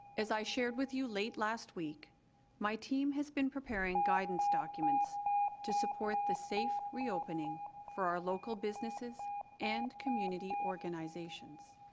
as i shared with you late last week my team has been preparing guidance documents to support the safe reopening for our local businesses and community organizations